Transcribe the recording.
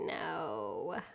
no